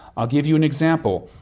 i'll give you an example.